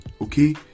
Okay